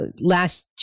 last